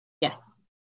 Yes